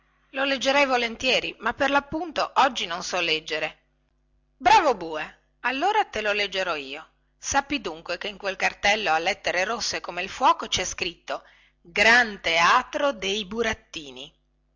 lo leggerei volentieri ma per lappunto oggi non so leggere bravo bue allora te lo leggerò io sappi dunque che in quel cartello a lettere rosse come il fuoco cè scritto